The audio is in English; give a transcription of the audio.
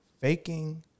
Faking